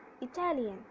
Italian